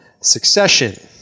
Succession